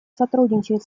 сотрудничает